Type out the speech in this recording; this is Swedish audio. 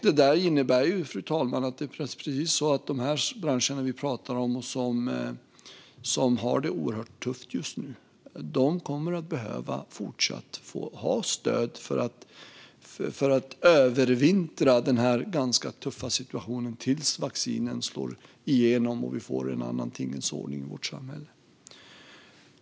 Det innebär, fru talman, att de här branscherna vi pratar om som har det oerhört tufft just nu även fortsatt kommer att behöva ha stöd för att övervintra den här ganska tuffa situationen tills vaccinerna slår igenom och vi får en annan tingens ordning i vårt samhälle.